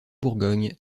bourgogne